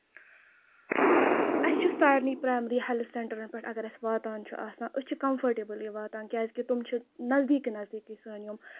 اسہِ چھِ سارنے پرایمری ہیلتھ سینٹرن پٮ۪ٹھ اَگر أسۍ واتان چھِ آسان أسۍ چھِ کَمفٲرٹیبٔلی واتان کیازِ کہِ تِم چھِ نزدیٖکٕے نَزدیٖکٕے سٲنۍ یِم